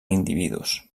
individus